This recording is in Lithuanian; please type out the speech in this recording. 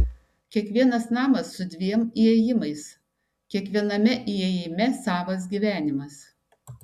kiekvienas namas su dviem įėjimais kiekviename įėjime savas gyvenimas